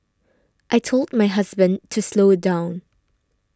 I told my husband to slow down